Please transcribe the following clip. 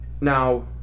now